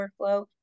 workflow